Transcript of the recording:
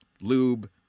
lube